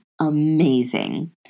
amazing